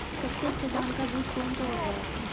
सबसे अच्छा धान का बीज कौन सा होता है?